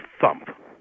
thump